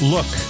Look